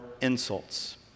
insults